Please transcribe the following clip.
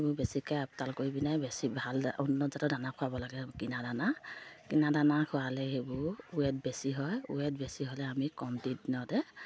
সেইবোৰ বেছিকৈ আপতাল কৰি পিনে বেছি ভাল উন্নত জাতৰ দানা খুৱাব লাগে কিনা দানা কিনা দানা খোৱালে সেইবোৰ ৱেট বেছি হয় ৱেট বেছি হ'লে আমি কম দিৰ দিনতে